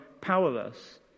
powerless